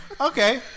okay